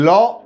Law